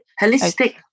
Holistic